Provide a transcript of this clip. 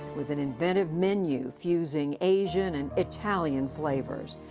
with an inventive menu fusing asian and italian flavors.